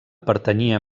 pertanyia